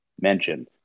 mentioned